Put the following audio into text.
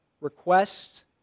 requests